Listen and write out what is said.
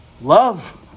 Love